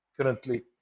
currently